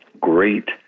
great